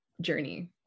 journey